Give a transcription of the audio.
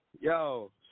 yo